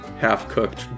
half-cooked